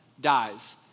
dies